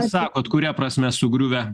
sakot kuria prasme sugriuvę